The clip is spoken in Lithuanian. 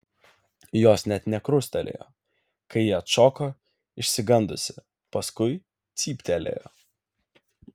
jos net nekrustelėjo kai ji atšoko išsigandusi paskui cyptelėjo